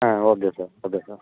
ah okay sir okay sir